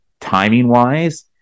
timing-wise